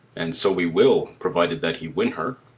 and so we will, provided that he win her.